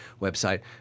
website